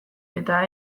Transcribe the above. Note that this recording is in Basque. eta